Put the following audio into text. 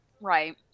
Right